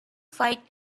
fight